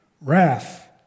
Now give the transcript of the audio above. wrath